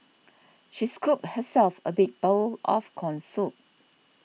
she scooped herself a big bowl of Corn Soup